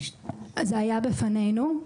זה היה בפנינו.